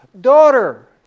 Daughter